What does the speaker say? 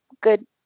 good